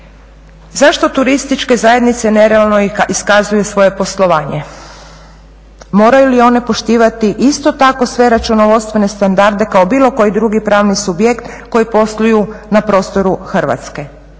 Zašto turističke zajednice nerealno iskazuju svoje poslovanje? Moraju li one poštivati isto tako sve računovodstvene standarde kao bilo koji drugi pravni subjekt koji posluju na prostoru Hrvatske?